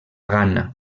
ghana